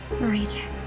Right